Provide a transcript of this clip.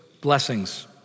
blessings